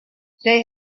they